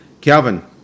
Calvin